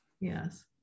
Yes